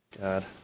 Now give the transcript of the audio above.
God